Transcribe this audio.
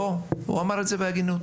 לא, הוא אמר את זה בהגינות.